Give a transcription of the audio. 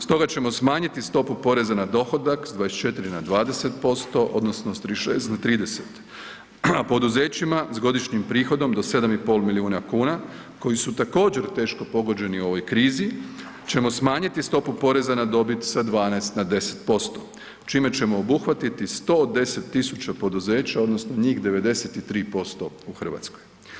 Stoga ćemo smanjiti stopu poreza na dohodak s 24 na 20% odnosno s 36 na 30, a poduzećima s godišnjim prihodom do 7,5 miliona kuna koji su također teško pogođeni u ovoj krizi ćemo smanjiti stopu poreza na dobit sa 12 na 10% čime ćemo obuhvatiti 110.000 poduzeća odnosno njih 93% u Hrvatskoj.